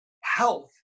health